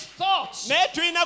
thoughts